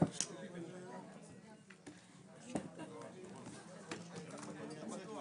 הישיבה ננעלה בשעה 12:04.